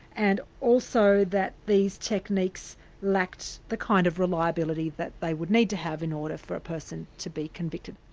and also that these techniques lacked the kind of reliability that they would need to have in order for a person to be convicted.